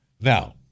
Now